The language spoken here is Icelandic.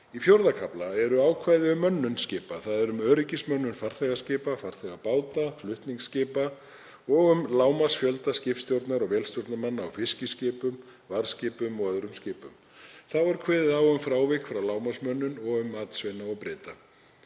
Í IV. kafla eru ákvæði um mönnun skipa, þ.e. um öryggismönnun farþegaskipa, farþegabáta og flutningaskipa og um lágmarksfjölda skipstjórnar- og vélstjórnarmanna á fiskiskipum, varðskipum og öðrum skipum. Þá er kveðið á um frávik frá lágmarksmönnun og um matsveina og bryta.